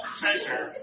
treasure